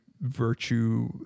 virtue